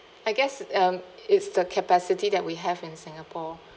I guess um it's the capacity that we have in singapore